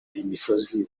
imisozi